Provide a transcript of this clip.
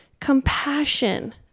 compassion